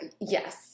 Yes